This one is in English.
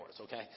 okay